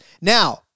Now